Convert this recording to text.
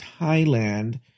Thailand